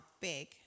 big